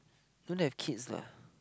don't have kids lah